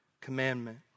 commandment